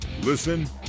Listen